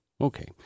Okay